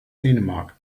dänemark